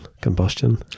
combustion